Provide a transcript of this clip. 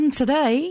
today